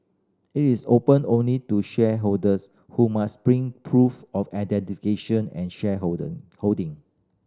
it is open only to shareholders who must bring proof of identification and